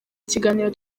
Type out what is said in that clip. kiganiro